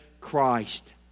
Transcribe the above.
Christ